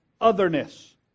otherness